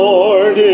Lord